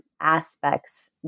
aspects